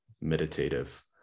meditative